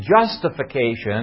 justification